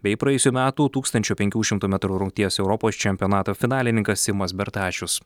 bei praėjusių metų tūkstančio penkių šimtų metrų rungties europos čempionato finalininkas simas bertašius